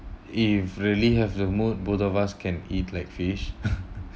if really have the mood both of us can eat like fish